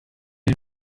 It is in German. den